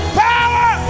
power